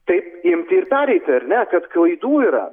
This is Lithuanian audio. taip imti ir pereiti ar ne kad klaidų yra